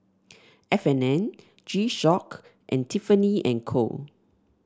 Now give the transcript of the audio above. F and N G Shock and Tiffany And Co